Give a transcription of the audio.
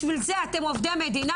בשביל זה אתם עובדות מדינה